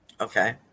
Okay